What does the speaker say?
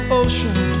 ocean